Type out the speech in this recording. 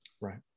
Right